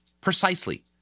precisely